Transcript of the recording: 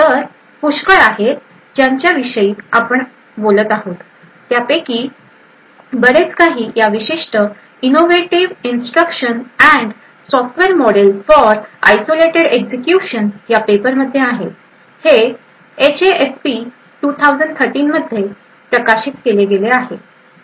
तर पुष्कळ आहे आहेत ज्यांच्याविषयी आपण बोलत आहोत त्यापैकी बरेच काही या विशिष्ट " innovative instruction and software model for isolated एक्झिक्युशन"पेपरमध्ये आहे हे एचएएसपी 2013 मध्ये प्रकाशित केले गेले आहे